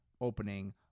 Opening